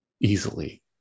easily